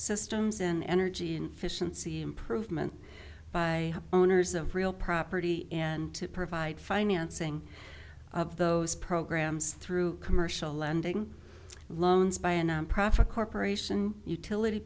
systems in energy and fish and see improvement by owners of real property and to provide financing of those programs through commercial lending by a nonprofit corporation utility